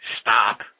Stop